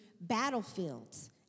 battlefields